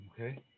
Okay